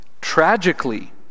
Tragically